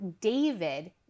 David